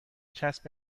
چسب